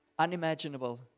unimaginable